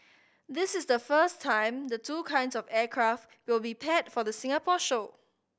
this is the first time the two kinds of aircraft will be paired for the Singapore show